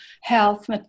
health